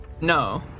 No